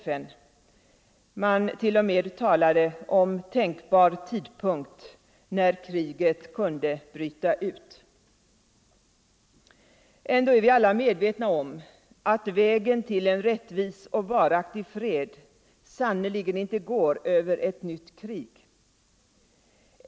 Man talade t.o.m. om tänkbar tidpunkt när kriget kunde bryta ut. Ändå är vi alla medvetna om att vägen till en rättvis och varaktig fred sannerligen inte går över ett nytt krig.